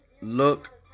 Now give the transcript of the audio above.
look